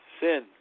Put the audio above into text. Sin